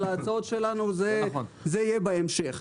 על ההצעות שלנו וזה יהיה בהמשך.